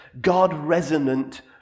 God-resonant